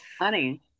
Honey